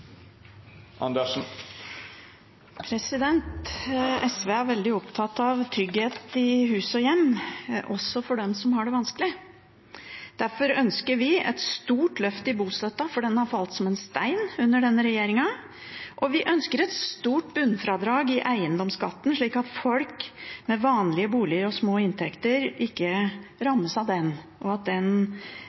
virksomheter. SV er veldig opptatt av trygghet i hus og hjem, også for dem som har det vanskelig. Derfor ønsker vi et stort løft i bostøtten, for den har falt som en stein under denne regjeringen, og vi ønsker et stort bunnfradrag i eiendomsskatten, slik at folk med vanlige boliger og små inntekter ikke rammes av den, og at vi får vekk det usosiale med den.